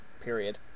period